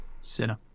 Sinner